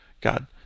God